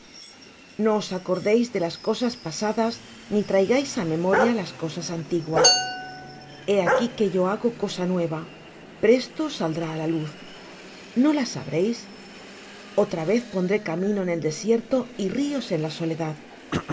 os acordéis de las cosas pasadas ni traigáis á memoria las cosas antiguas he aquí que yo hago cosa nueva presto saldrá á luz no la sabréis otra vez pondré camino en el desierto y ríos en la soledad